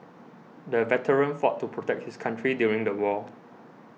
the veteran fought to protect his country during the war